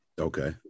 Okay